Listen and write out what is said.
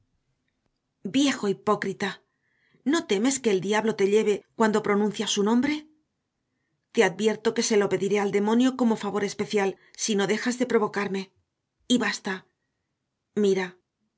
viejo hipócrita no temes que el diablo te lleve cuando pronuncias su nombre te advierto que se lo pediré al demonio como especial favor si no dejas de provocarme y basta mira